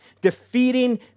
defeating